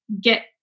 get